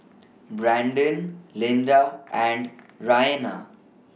Brandon Linda and Raina